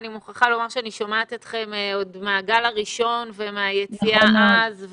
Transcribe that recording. אני מוכרחה לומר שאני שומעת אתכם עוד מהגל הראשון ומהיציאה אז,